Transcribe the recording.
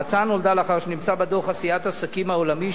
ההצעה נולדה לאחר שנמצא בדוח עשיית עסקים העולמי,